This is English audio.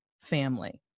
family